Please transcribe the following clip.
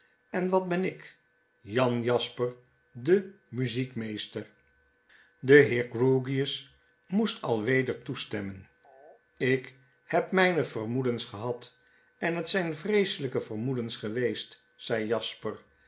en wat ben ik jan jasper de muziekmeester de heer grewgious moestalweder toestemmen ik heb mijne vermoedens gehad en het zyn vreeselyke vermoedens geweest zei jasper